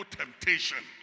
temptation